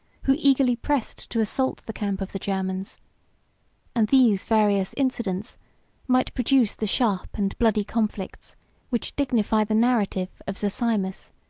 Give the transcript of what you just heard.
who eagerly pressed to assault the camp of the germans and these various incidents might produce the sharp and bloody conflicts which dignify the narrative of zosimus,